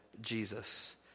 Jesus